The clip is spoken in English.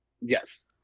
Yes